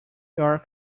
your